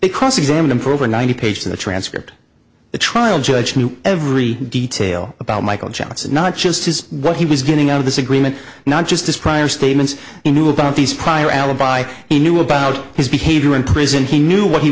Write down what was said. they cross examine him for over ninety pages in the transcript the trial judge knew every detail about michael jackson not just his what he was getting out of this agreement not just his prior statements he knew about these prior alibi he knew about his behavior in prison he knew what he